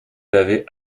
l’avais